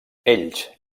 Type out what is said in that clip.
ells